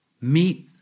meet